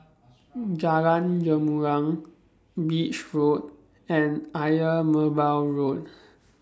Jalan Gumilang Beach Road and Ayer Merbau Road